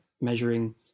measuring